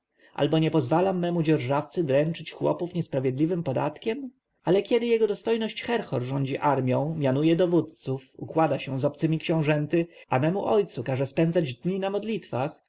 albo nie pozwalam memu dzierżawcy dręczyć chłopów niesprawiedliwym podatkiem ale kiedy jego dostojność herhor rządzi armją mianuje dowódców układa się z obcymi książęty a memu ojcu każe spędzać dni na modlitwach